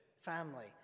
family